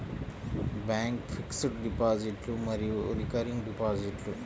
bank fixed డిపాజిట్లు మరియు recurring డిపాజిట్లు